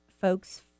folks